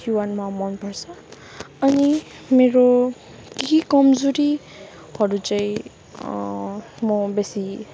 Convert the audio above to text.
जीवनमा मनपर्छ अनि मेरो केही कमजोरी हरू चाहिँ म बेसी